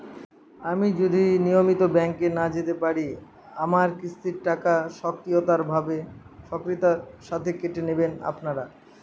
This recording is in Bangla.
আমি যদি নিয়মিত ব্যংকে না যেতে পারি আমার কিস্তির টাকা স্বকীয়তার সাথে কেটে নেবেন আপনারা?